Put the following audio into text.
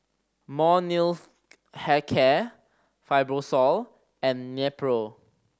Molnylcke Health Care Fibrosol and Nepro